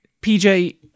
PJ